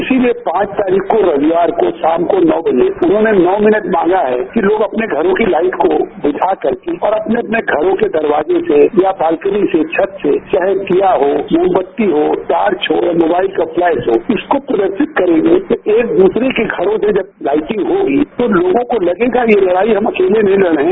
इसीलिए पांच तारीख को रविवार को शाम को नौ बजे उन्होंने नौ मिनट मांगा है कि लोग अपने घरों की लाइट को बुझाकर के और अपने अपने घरों के दरवाजे से या बाल्कनी से छत से चाहे दिया हो मोमक्ती हो टॉर्च हो या मोबाइल का फ्लैश लाइट हो इसको प्रदर्शित करेंगे तो एक द्रसरे के घरों से जब लाइटिंग होगी तो लोगों को लगेगा कि ये लड़ाई हम अकेले नहीं लड़ रहे है